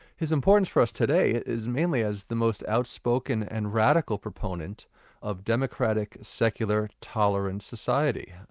his importance for us today is merely as the most outspoken and radical proponent of democratic, secular tolerant society.